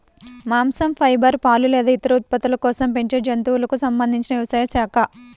మాంసం, ఫైబర్, పాలు లేదా ఇతర ఉత్పత్తుల కోసం పెంచే జంతువులకు సంబంధించిన వ్యవసాయ శాఖ